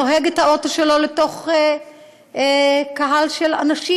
נוהג את האוטו שלו לתוך קהל של אנשים.